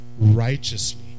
righteously